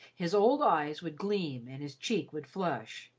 his old eyes would gleam and his cheek would flush.